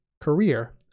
career